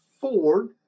Ford